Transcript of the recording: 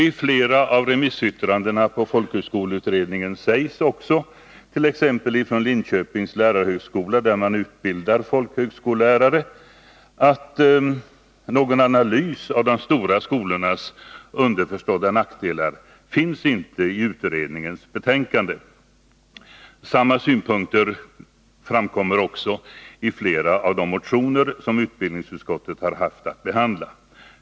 I flera av remissyttrandena till folkhögskoleutredningen, t.ex. från Linköpings lärarhögskola, där man utbildar folkhögskollärare, sägs också att någon analys av de stora skolornas underförstådda nackdelar inte finns i utredningens betänkande. Samma synpunkter framkommer också i flera av de motioner som utbildningsutskottet har haft att behandla.